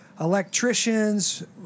electricians